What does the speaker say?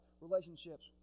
relationships